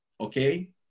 okay